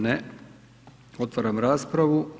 Ne, otvaram raspravu.